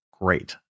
great